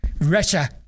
Russia